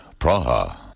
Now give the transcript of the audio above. Praha